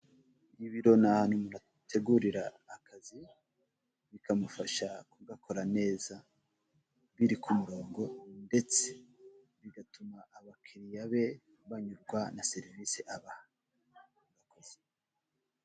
Ibiro ni nahantu umuntu ategurira akazi bikamufasha kugakora neza biri ku murongo ndetse bigatuma abakiliya be banyurwa na serivise abaha.